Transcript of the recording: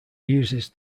uses